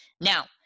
now